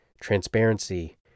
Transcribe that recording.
transparency